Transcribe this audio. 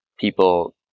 people